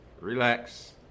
Relax